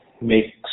make